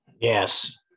Yes